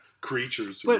creatures